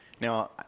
Now